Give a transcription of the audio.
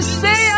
say